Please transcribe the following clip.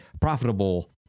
profitable